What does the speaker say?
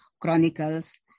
chronicles